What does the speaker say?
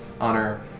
honor